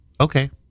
Okay